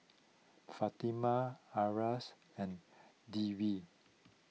Fatimah Aras and Dewi